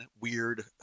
weird